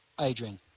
Adrian